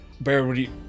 Barry